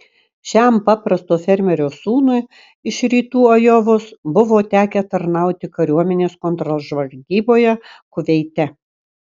šiam paprasto fermerio sūnui iš rytų ajovos buvo tekę tarnauti kariuomenės kontržvalgyboje kuveite